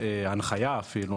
הנחייה אפילו,